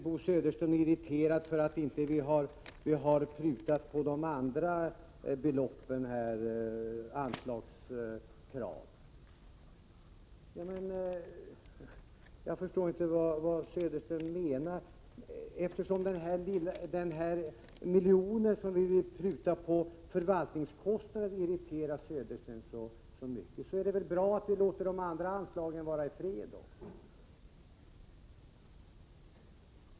Bo Södersten är irriterad över att vi inte har prutat på de andra anslagskraven. Jag förstår inte vad Bo Södersten menar. Eftersom den miljon som vi vill pruta på förvaltningskostnader irriterar honom så mycket, är det väl bra att vi låter de andra anslagen vara i fred!